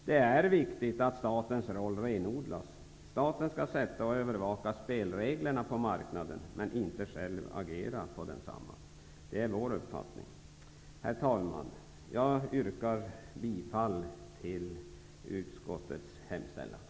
Det är viktigt att statens roll renodlas. Staten skall sätta upp och övervaka spelreglerna på marknaden men inte själv agera på densamma. Det är vår uppfattning. Herr talman! Jag yrkar bifall till utskottets hemställan.